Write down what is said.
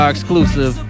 Exclusive